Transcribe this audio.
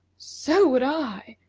so would i,